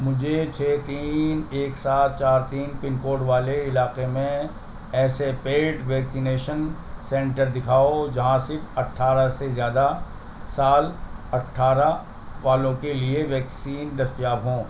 مجھے چھہ تین ایک سات چار تین پن کوڈ والے علاقے میں ایسے پیڈ ویکسینیشن سنٹر دکھاؤ جہاں صرف اٹھارہ سے زیادہ سال اٹھارہ والوں کے لیے ویکسین دستیاب ہوں